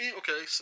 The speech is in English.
okay